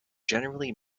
generally